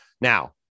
Now